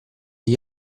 gli